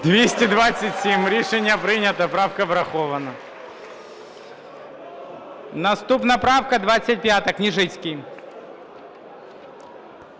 За-227 Рішення прийнято. Правка врахована. Наступна правка 25, Княжицький.